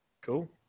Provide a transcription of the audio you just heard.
Cool